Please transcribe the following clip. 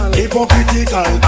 hypocritical